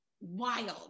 Wild